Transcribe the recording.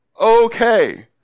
okay